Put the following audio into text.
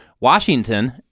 Washington